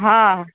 હા